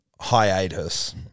hiatus